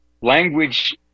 Language